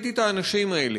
וראיתי את האנשים האלה,